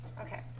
Okay